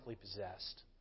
possessed